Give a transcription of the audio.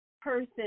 person